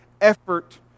effort